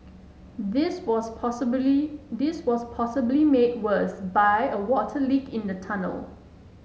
this was possibly this was possibly made worse by a water leak in the tunnel